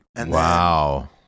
Wow